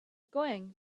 going